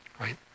right